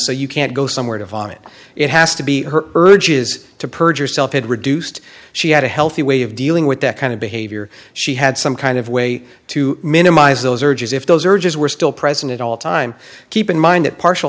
so you can't go somewhere to vomit it has to be her urges to purge yourself had reduced she had a healthy way of dealing with that kind of behavior she had some kind of way to minimize those urges if those urges were still present at all time keep in mind that partial